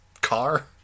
car